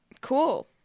Cool